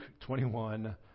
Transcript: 21